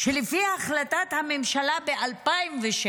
שלפי החלטת הממשלה ב-2007,